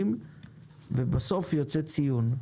ובסוף יוצא ציון.